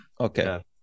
Okay